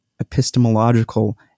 epistemological